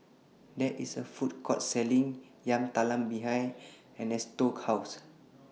There IS A Food Court Selling Yam Talam behind Ernesto's House